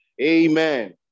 Amen